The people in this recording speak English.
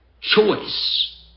choice